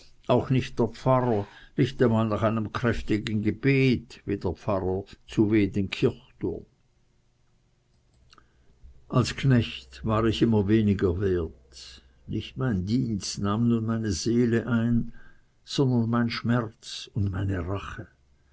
auch nicht der pfarrer nicht einmal nach einem kräftigen gebet wie der pfarrer zu w den kirchturm als knecht war ich immer weniger wert nicht mein dienst nahm nun meine seele ein sondern mein schmerz und meine rache